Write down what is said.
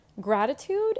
gratitude